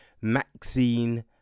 Maxine